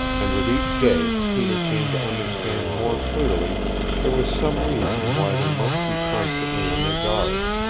and with each day peter came to understand more clearly there was some reason why they must be constantly on their guard.